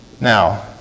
Now